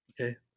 Okay